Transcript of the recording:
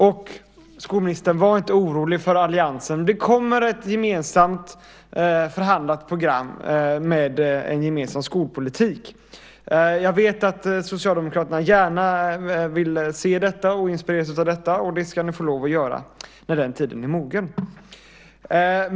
Var inte, skolministern, orolig för alliansens politik. Det kommer ett gemensamt förhandlat program med en gemensam skolpolitik. Jag vet att Socialdemokraterna gärna vill se detta och inspireras av detta, och det ska ni få lov att göra när tiden är mogen.